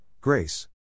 Grace